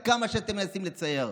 עד כמה שאתם מנסים לצייר.